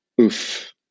Oof